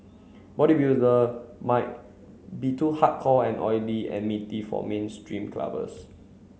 bodybuilder might be too hardcore and oily and meaty for mainstream clubbers